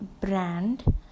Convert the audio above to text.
brand